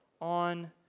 on